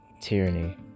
tyranny